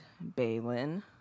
Balin